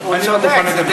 אין תקציב ואין דיון.